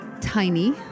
Tiny